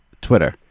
Twitter